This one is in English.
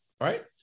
right